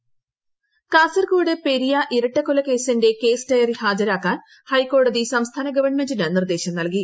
Periya case Kasaragod Periya ഇരട്ടക്കൊലക്കേബ്പിന്റെ case diary ഹാജരാക്കാൻ ഹൈക്കോടതി സംസ്ഥാന്ന് ഗവൺമെന്റിന് നിർദ്ദേശം നൽകി